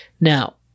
Now